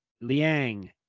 Liang